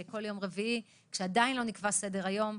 בכל יום רביעי כשעדיין לא נקבע סדר היום,